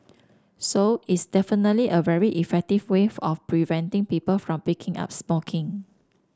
so it's definitely a very effective wave of preventing people from picking up smoking